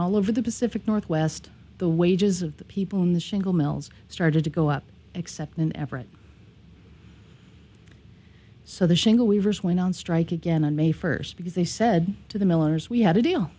all over the pacific northwest the wages of the people in the shingle mills started to go up except in everett so the shingle weavers went on strike again on may first because they said to the miller's we had a deal